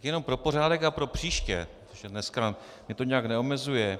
Jenom pro pořádek a propříště, protože dneska mě to nijak neomezuje.